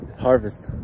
harvest